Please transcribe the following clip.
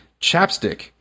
chapstick